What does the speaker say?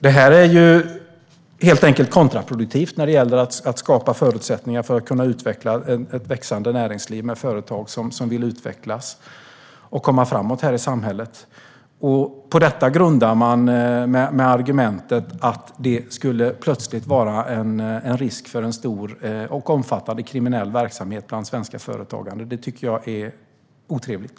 Det är helt enkelt kontraproduktivt när det gäller att skapa förutsättningar för att utveckla ett växande näringsliv med företag som vill utvecklas framåt här i samhället. Man grundar sig på argumentet att det plötsligt skulle vara en risk för en stor och omfattande kriminell verksamhet bland svenska företagare. Det tycker jag är otrevligt.